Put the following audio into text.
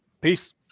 Peace